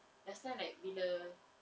last time like bila